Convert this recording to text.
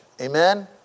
Amen